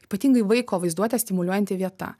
ypatingai vaiko vaizduotę stimuliuojanti vieta